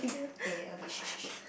eh okay